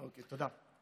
אוקיי, תודה.